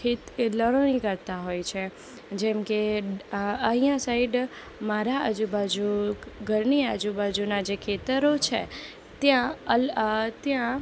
એ એ લણણી કરતા હોય છે જેમ કે અહીંયા સાઈડ મારા આજુબાજુ ઘરની આજુબાજુનાં જે ખેતરો છે ત્યાં ત્યાં